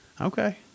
Okay